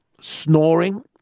Snoring